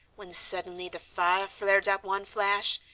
when suddenly the fire flared up one flash,